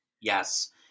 Yes